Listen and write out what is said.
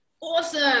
awesome